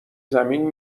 زمین